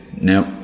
nope